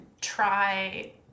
try